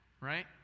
right